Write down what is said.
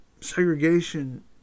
segregation